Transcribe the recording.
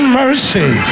mercy